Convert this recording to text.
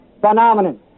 Phenomenon